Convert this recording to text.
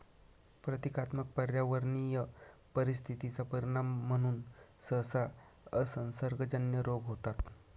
प्रतीकात्मक पर्यावरणीय परिस्थिती चा परिणाम म्हणून सहसा असंसर्गजन्य रोग होतात